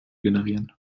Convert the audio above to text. generieren